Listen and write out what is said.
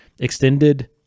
Extended